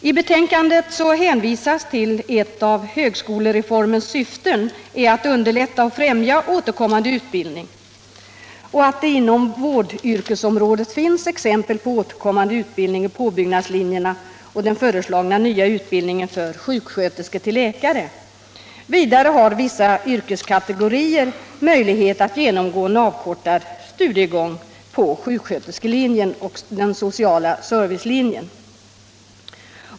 I betänkandet hänvisas till att ett av högskolereformens syften är att underlätta och främja återkommande utbildning och att det inom vårdyrkesområdet finns exempel på återkommande utbildning i påbyggnadslinjerna och den föreslagna nya utbildningen till läkare för sjuksköterskor. Vidare har vissa yrkeskategorier möjlighet att genomgå en avkortad studiegång på sjuksköterskelinjen och den sociala servicelinjen.